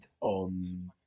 on